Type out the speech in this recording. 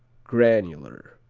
granular.